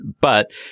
But-